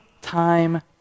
time